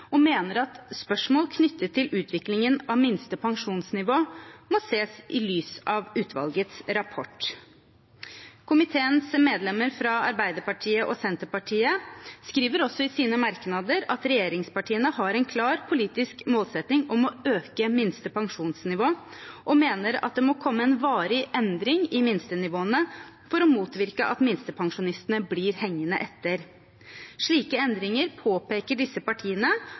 og mener at spørsmål knyttet til utviklingen av minste pensjonsnivå må ses i lys av utvalgets rapport. Komiteens medlemmer fra Arbeiderpartiet og Senterpartiet skriver også i sine merknader at regjeringspartiene har en klar politisk målsetting om å øke minste pensjonsnivå, og mener at det må komme en varig endring i minstenivåene for å motvirke at minstepensjonistene blir hengende etter. Slike endringer påpeker disse partiene